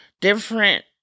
different